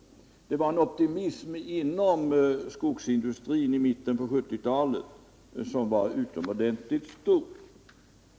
Det fanns en optimism inom skogsindustrin i mitten på 1970-talet som var utomordentligt stor.